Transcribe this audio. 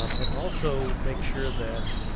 um and also make sure that,